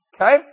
Okay